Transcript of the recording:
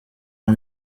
ont